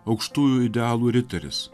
aukštųjų idealų riteris